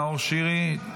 נאור שירי,